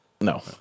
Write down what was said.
No